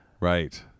right